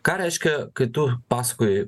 ką reiškia kai tu pasakoji